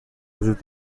وجود